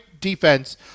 defense